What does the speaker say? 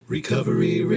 Recovery